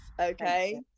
Okay